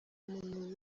umuntu